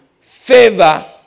favor